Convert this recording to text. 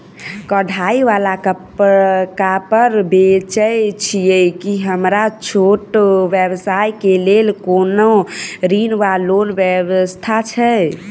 कढ़ाई वला कापड़ बेचै छीयै की हमरा छोट व्यवसाय केँ लेल कोनो ऋण वा लोन व्यवस्था छै?